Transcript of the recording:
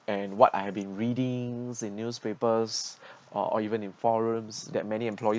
and what I have been reading in newspapers or or even in forums that many employee